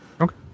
Okay